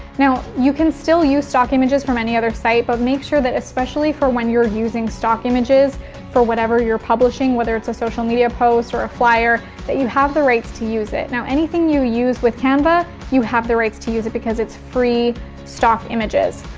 now, you can still use stock images from any other sight but make sure that especially for when you're using stock images for whatever you're publishing, whether it's a social media post or a flyer that you have the rights to use it. now, anything you use with canva you have the rights to use it because it's free stock images.